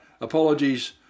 apologies